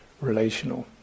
relational